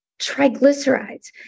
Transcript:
Triglycerides